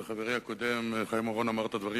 וחברי הקודם חיים אורון אמר את הדברים